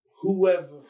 whoever